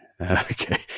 Okay